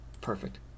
Perfect